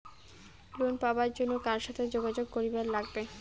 Loan পাবার জন্যে কার সাথে যোগাযোগ করিবার লাগবে?